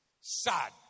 Sad